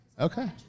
Okay